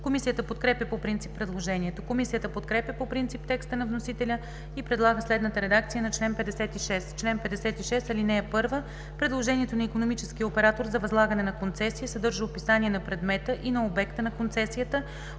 Комисията подкрепя по принцип предложението. Комисията подкрепя по принцип текста на вносителя и предлага следната редакция на чл. 56: „Чл. 56. (1) Предложението на икономическия оператор за възлагане на концесия съдържа описание на предмета и на обекта на концесията,